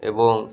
ଏବଂ